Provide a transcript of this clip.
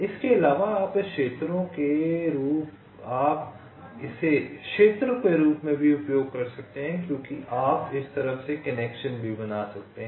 इसके अलावा आप इसे क्षेत्रों के रूप में भी उपयोग कर सकते हैं क्योंकि आप इस तरफ से कनेक्शन भी बना सकते हैं